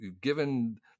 given